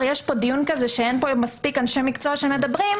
יש כאן דיון כזה שאין פה מספיק אנשי מקצוע שמדברים,